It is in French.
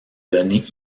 données